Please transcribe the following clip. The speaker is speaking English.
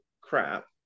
crap